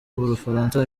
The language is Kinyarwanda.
bufaransa